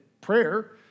prayer